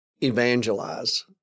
evangelize